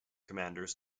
commanders